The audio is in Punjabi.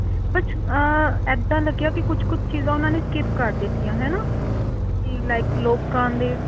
ਕੁਛ ਇੱਦਾਂ ਲੱਗਿਆ ਕਿ ਕੁਛ ਕੁਛ ਚੀਜ਼ਾਂ ਉਹਨਾਂ ਨੇ ਸਕਿਪ ਕਰ ਦਿੱਤੀਆਂ ਹੈ ਨਾ ਅਤੇ ਲਾਈਕ ਲੋਕ ਦੇ